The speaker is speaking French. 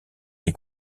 des